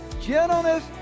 gentleness